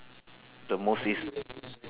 the most is